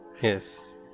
Yes